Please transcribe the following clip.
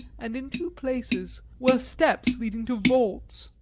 and in two places were steps leading to vaults,